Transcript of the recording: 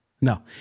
No